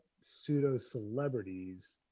pseudo-celebrities